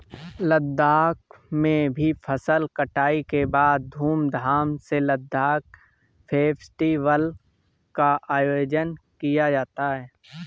लद्दाख में भी फसल कटाई के बाद धूमधाम से लद्दाख फेस्टिवल का आयोजन किया जाता है